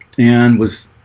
and was